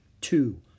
Two